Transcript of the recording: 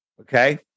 Okay